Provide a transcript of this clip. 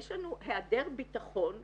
יש לנו העדר ביטחון